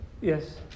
Yes